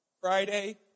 Friday